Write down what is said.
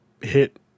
hit